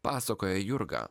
pasakoja jurga